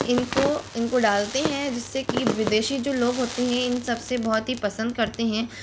इनको इनको डालते हैं जिससे कि विदेशी जो लोग होते हैं इन सबसे बहुत ही पसंद करते हैं